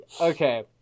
Okay